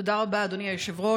תודה רבה, אדוני היושב-ראש.